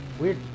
weird